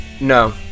No